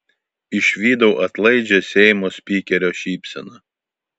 išvydau atlaidžią seimo spikerio šypseną